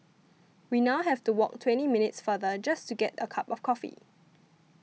we now have to walk twenty minutes farther just to get a cup of coffee